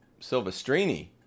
silvestrini